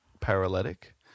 paralytic